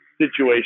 situation